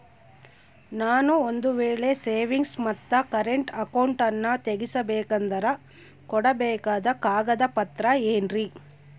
ನಾನು ಒಂದು ವೇಳೆ ಸೇವಿಂಗ್ಸ್ ಮತ್ತ ಕರೆಂಟ್ ಅಕೌಂಟನ್ನ ತೆಗಿಸಬೇಕಂದರ ಕೊಡಬೇಕಾದ ಕಾಗದ ಪತ್ರ ಏನ್ರಿ?